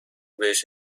بهش